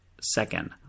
Second